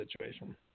situation